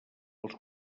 els